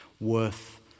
worth